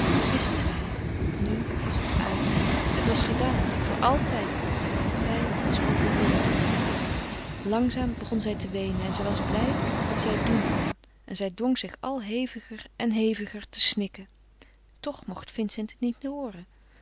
zij het nu was het uit het was gedaan voor altijd zij was overwonnen langzaam begon zij te weenen en zij was blijde dat zij het doen kon en zij dwong zich al heviger en heviger te snikken toch mocht vincent het niet